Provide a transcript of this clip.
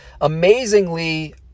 amazingly